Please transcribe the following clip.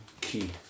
Key